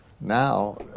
Now